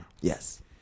Yes